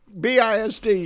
BISD